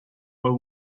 were